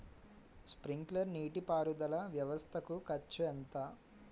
Sprinkler నీటిపారుదల వ్వవస్థ కు ఖర్చు ఎంత?